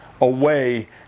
away